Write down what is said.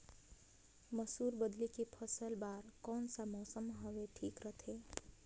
मसुर बदले के फसल बार कोन सा मौसम हवे ठीक रथे?